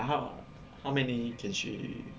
but how how many can she